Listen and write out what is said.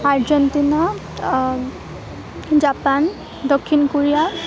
Argentina Japan দক্ষিণ Korea